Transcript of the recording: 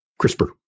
CRISPR